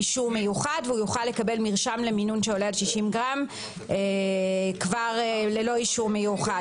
והוא יוכל לקבל מרשם למינון שעולה על 60 גרם כבר ללא אישור מיוחד.